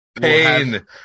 Pain